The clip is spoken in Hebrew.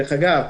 דרך אגב,